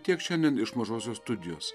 tiek šiandien iš mažosios studijos